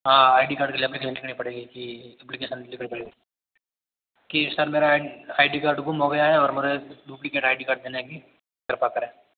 हाँ I D card के लिए एप्लीकेशन लिखनी पड़ेगी जी एप्लीकेशन लिखनी पड़ेगी की सर मेरा आई आई डी कार्ड गुम हो गया है और मुझे डुप्लीकेट आई डी कार्ड देने की कृपा करें